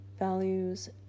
values